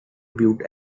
viewed